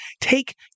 take